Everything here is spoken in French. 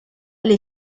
les